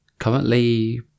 Currently